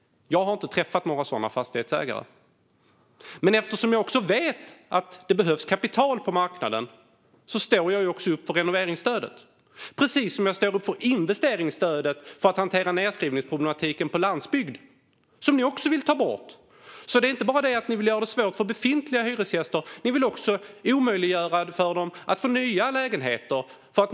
Jag har inte träffat några sådana fastighetsägare. Eftersom jag vet att det behövs kapital på marknaden står jag upp för renoveringsstödet, precis som jag står upp för investeringsstödet för att hantera nedskrivningsproblematiken på landsbygden - det vill ni också ta bort. Det är inte bara så att ni vill göra det svårt för befintliga hyresgäster. Ni vill också omöjliggöra för dem att få nya lägenheter.